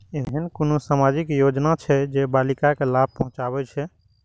ऐहन कुनु सामाजिक योजना छे जे बालिका के लाभ पहुँचाबे छे?